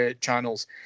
channels